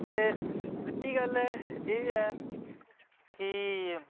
ते बड्डी गल्ल एह् ऐ कि